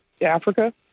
Africa